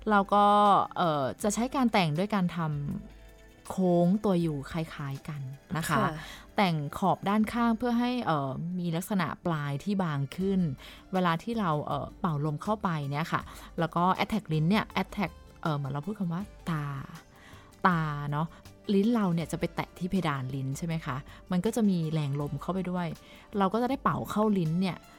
เราก็เอ่อจะใช้การแต่งด้วยการทำโค้งตัวอยู่คล้ายๆกันนะคะค่ะแต่งขอบด้านข้างเพื่อให้เอ่อมีลักษณะปลายที่บางขึ้นเวลาที่เราเอ่อเป่าลมเข้าไปเนี่ยค่ะ แล้วก็ attack ลิ้นเนี่ย attack เอ่อเหมือนเราพูดคำว่าตาตาเนาะ ลิ้นเราเนี่ยจะไปแตะที่เพดานลิ้นใช่ไหมคะ? มันก็จะมีแรงลมเข้าไปด้วย เราก็จะได้เป่าเข้าลิ้นเนี่ย